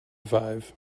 five